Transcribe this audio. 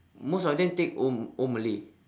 most of them take O O malay